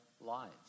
lives